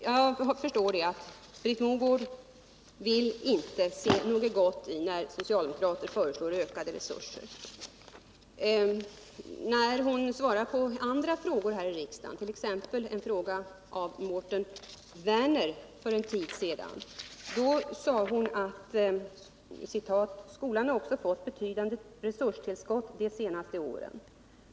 Jag förstår att Britt Mogård inte vill se något gott i socialdemokraternas förslag om en ökning av resurserna. När hon svarar på andra frågor här i riksdagen, t.ex. på en fråga av Mårten Werner för en tid sedan, kan det låta så här: ”Skolan har också fått betydande resurstillskott de senaste åren.